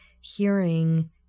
hearing